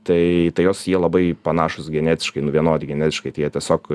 tai tai jos jie labai panašūs genetiškai nu vienodi genetiškai tai jie tiesiog